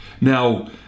Now